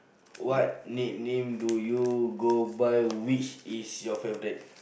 what nickname do you go by which is your favorite